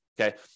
Okay